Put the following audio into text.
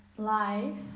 life